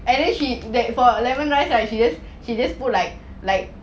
and then she like for lemon rice right she just put like like